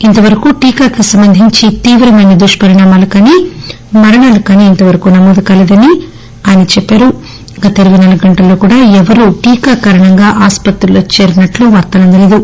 ఇంతవరకూ టీకా కి సంబంధించి తీవ్రమైన దుష్పరిణామాలు కానీ మరణాలు కానీ నమో దు కాలేదని ఆయన చెప్పారు గత ఇరపై నాలుగు గంటల్లో కూడా ఎవ్వరూ టీకా కారణంగా ఆస్పత్రిలో చేరినట్లు వార్తలు అందలేదు